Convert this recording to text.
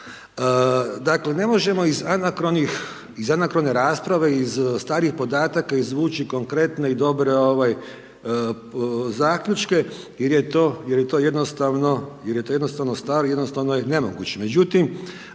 Dakle, ne možemo iz anakrone rasprave, iz starih podataka izvući konkretne i dobre zaključke jer je to jednostavno staro i jednostavno je nemoguće.